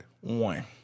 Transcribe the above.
One